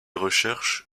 recherches